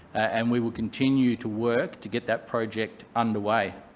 and we will continue to work to get that project under way.